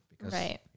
Right